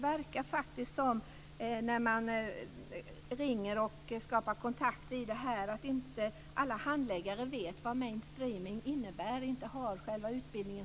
När man ringer och skapar kontakter här verkar faktiskt inte alla handläggare veta vad mainstreaming innebär - de verkar inte själva ha den utbildningen.